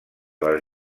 les